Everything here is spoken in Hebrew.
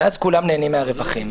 ואז כולם נהנים מהרווחים.